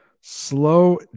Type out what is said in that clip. slow